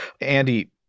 Andy